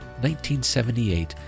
1978